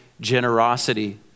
generosity